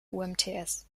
umts